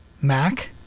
Mac